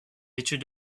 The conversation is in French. vêtus